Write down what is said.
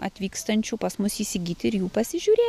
atvykstančių pas mus įsigyti ir jų pasižiūrė